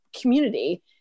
community